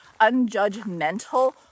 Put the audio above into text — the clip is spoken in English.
unjudgmental